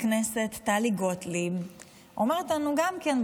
הכנסת טלי גוטליב אומרת לנו גם כן,